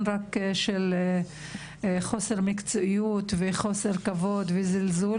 רק של חוסר מקצועיות וחוסר כבוד וזלזול,